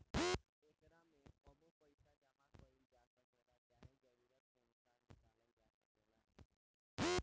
एकरा में कबो पइसा जामा कईल जा सकेला, चाहे जरूरत के अनुसार निकलाल जा सकेला